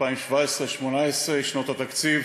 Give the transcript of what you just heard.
שנות התקציב